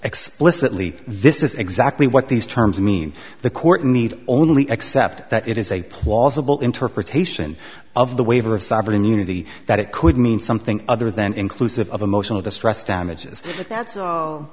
explicitly this is exactly what these terms mean the court need only accept that it is a plausible interpretation of the waiver of sovereign immunity that it could mean something other than inclusive of emotional distress damages